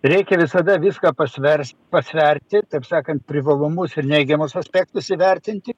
reikia visada viską pasverti pasverti taip sakant privalumus ir neigiamus aspektus įvertinti